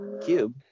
cube